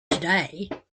today